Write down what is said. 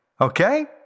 Okay